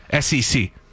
SEC